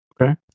Okay